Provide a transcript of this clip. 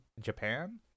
Japan